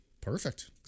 Perfect